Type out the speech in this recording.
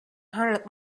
hundred